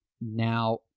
Now